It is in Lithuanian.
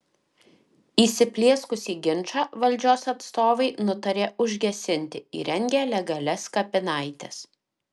įsiplieskusį ginčą valdžios atstovai nutarė užgesinti įrengę legalias kapinaites